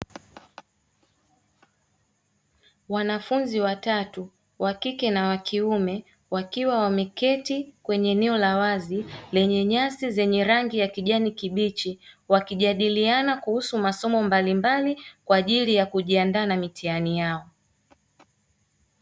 Wanafunzi watatu wakike na wakiume wakiwa wameketi kwenye eneo la wazi lenye nyasi zenye rangi ya kijani kibichi. Wakijadiliana kuhusu masomo mbalimbali kwa ajili ya kujiandaa na mitihani yao.